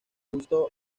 justo